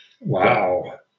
Wow